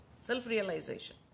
self-realization